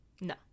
No